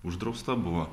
uždrausta buvo